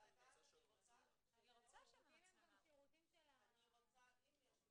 אני רוצה -- -אבל אם יש מצלמות אני רוצה שרק אם יהיה